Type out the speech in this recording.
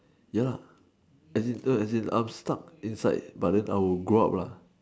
ya lah no as in I'm stuck inside but then I will grow up lah